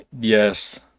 Yes